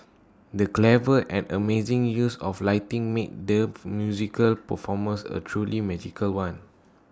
the clever and amazing use of lighting made their musical performance A truly magical one